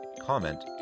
comment